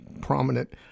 prominent